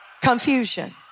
confusion